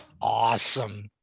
Awesome